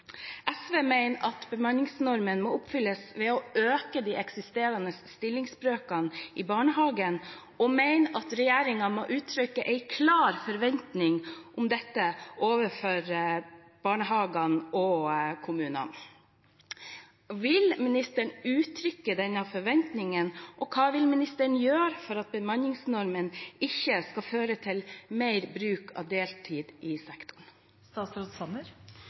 SV mener at bemanningsnormen må oppfylles ved å øke de eksisterende stillingsbrøkene i barnehagen, og mener at regjeringen må uttrykke en klar forventning om dette overfor barnehagene og kommunene. Vil ministeren uttrykke denne forventningen? Og hva vil ministeren gjøre for at bemanningsnormen ikke skal føre til mer bruk av deltid i